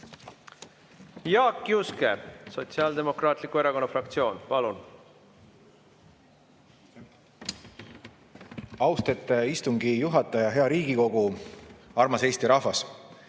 Jaak Juske, Sotsiaaldemokraatliku Erakonna fraktsioon, palun! Austet istungi juhataja! Hea Riigikogu! Armas Eesti rahvas!